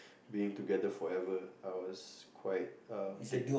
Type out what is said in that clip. being together forever I was quite um taken